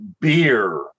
beer